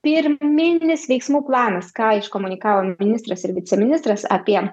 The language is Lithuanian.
pirminis veiksmų planas ką iškomunikavo ministras ir viceministras apie